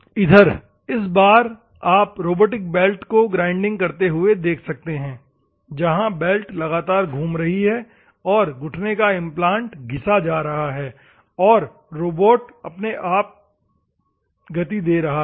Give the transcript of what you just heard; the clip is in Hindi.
इधर इस बार आप रोबोटिक बेल्ट को ग्रीडिंग करते हुए देख सकते हैं जहां बेल्ट लगातार घूम रही है और घुटने का इम्प्लांट घिसा जा रहा है और रोबोट अपने आप गति दे रहा है